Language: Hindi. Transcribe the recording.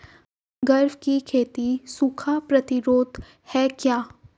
ग्वार की खेती सूखा प्रतीरोधक है क्या?